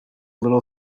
little